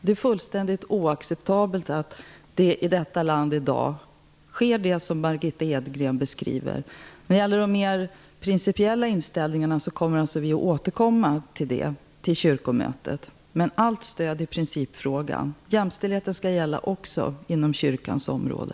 Det är helt oacceptabelt att det i detta land i dag sker sådant som Margitta Edgren beskriver. När det gäller den principiella inställningen kommer vi således att återkomma till kyrkomötet. Men det finns allt stöd i principfrågan. Jämställdheten skall gälla också inom kyrkans område.